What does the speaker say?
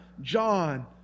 John